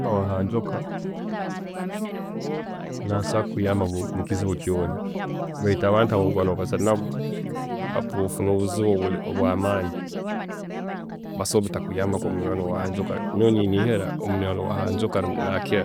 ﻿Owaahanjoka, nasobola kukuyamba mubuli kizibu kyona beitu abantu abu olikuba nobaza nabo, kakuba ofuna obuzibu obwamaani basobola kutakuyamba nkomunywaani waahanjoka. Nyowe niinihira ngu munywaani wahanjoka nakila,